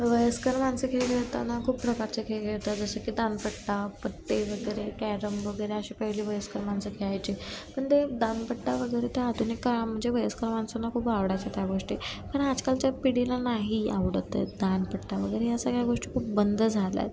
वयस्कर माणसं खेळले होताना खूप प्रकारचे खेळ खेळतात जसे की दांडपट्टा पट्टे वगैरे कॅरम वगैरे असे पहिले वयस्कर माणसं खेळायचे पण ते दांडपट्टा वगैरे त्या आधुनिक काळा म्हणजे वयस्कर माणसांना खूप आवडायच्या त्या गोष्टी पण आजकालच्या पिढीला नाही आवडत दांडपट्टा वगैरे या सगळ्या गोष्टी खूप बंद झाल्या आहेत